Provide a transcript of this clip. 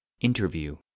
Interview